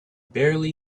barely